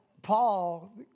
Paul